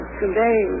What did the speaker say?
today